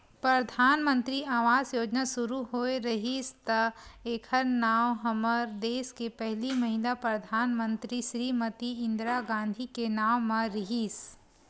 परधानमंतरी आवास योजना सुरू होए रिहिस त एखर नांव हमर देस के पहिली महिला परधानमंतरी श्रीमती इंदिरा गांधी के नांव म रिहिस